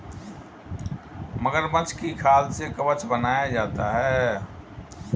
मगरमच्छ की खाल से कवच बनाया जाता है